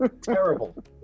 Terrible